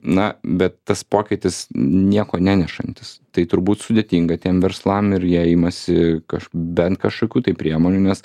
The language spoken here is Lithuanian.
na bet tas pokytis nieko nenešantis tai turbūt sudėtinga tiem verslams ir jie imasi kaž bent kažkokių tai priemonių nes